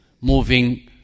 moving